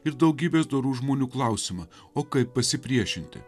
ir daugybės dorų žmonių klausimą o kaip pasipriešinti